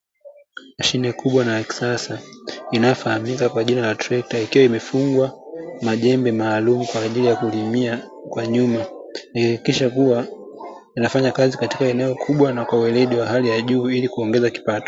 Mashine kubwa na ya kisasa inayofahamika kwa jina la trekta ikiwa imefungwa majembe maalumu kwa ajili ya kulimia kwa nyuma, kuhakikisha kuwa inafanya kazi kwenye eneo kubwa na kwa ueledi wa hali ya juu ili kuongeza kipato.